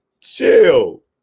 chill